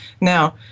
Now